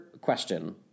question